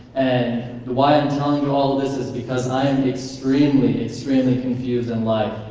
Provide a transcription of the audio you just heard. and why i'm telling you all of this is because i am extremely, extremely confused in life.